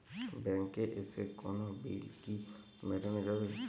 ব্যাংকে এসে কোনো বিল কি মেটানো যাবে?